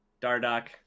Dardock